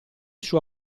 sua